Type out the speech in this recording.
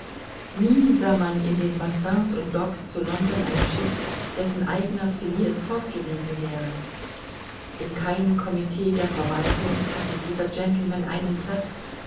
nie sah man in den bassins und doggs zu london ein schiff dessen eigner phileas fogg gewesen wäre in keinem comit der verwaltung hatte dieser gentleman einen platz